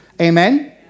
Amen